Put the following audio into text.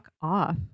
off